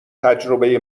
تجربه